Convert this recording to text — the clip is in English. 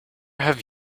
have